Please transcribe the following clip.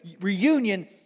reunion